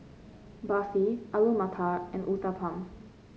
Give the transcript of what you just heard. Barfi Alu Matar and Uthapam